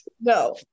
No